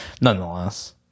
nonetheless